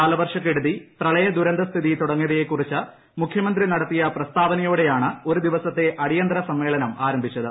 കാലവർഷക്കെടുതി പ്രളയദുരന്തസ്ഥിതി തുടങ്ങിയവയെക്കുറിച്ച് മുഖ്യമന്ത്രി നടത്തിയ പ്രസ്താവനയോടെയാണ് ഒരു ദിവസത്തെ അടിയന്തിര സമ്മേളനം ആരംഭിച്ചത്